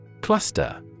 Cluster